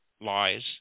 lies